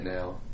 now